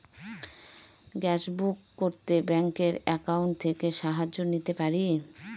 Gas book করতে ব্যাংকের account থেকে সাহায্য নিতে পারি?